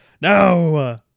no